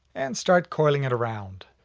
and start coiling it around.